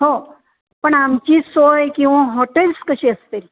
हो पण आमची सोय किंवा हॉटेल्स कशी असतील